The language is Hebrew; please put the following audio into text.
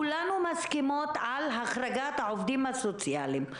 כולנו מסכימות על החרגת העובדים הסוציאליים,